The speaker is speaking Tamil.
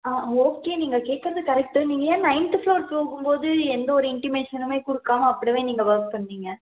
ஆ ஓகே நீங்கள் கேட்குறது கரெக்ட்டு நீங்கள் ஏன் நைன்த்து ஃபுளோர் போகும்போது எந்தவொரு இண்டிமேஷனுமே கொடுக்காம அப்படிவே நீங்கள் வொர்க் பண்ணுறீங்க